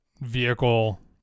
vehicle